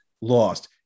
lost